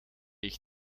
ich